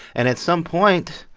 and at some point.